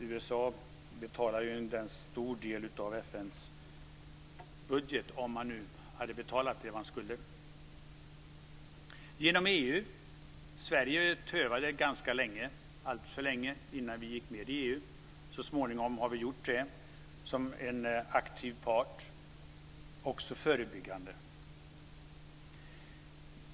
USA betalar ju en stor del av FN:s budget, om man nu hade betalat det man skulle. Vi gör det också genom EU. Sverige tövade ganska länge - alltför länge - innan vi gick med i EU. Så småningom har vi gjort det som en aktiv part och också förebyggande.